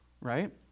Right